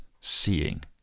seeing